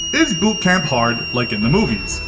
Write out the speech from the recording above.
is boot camp hard, like in the movies?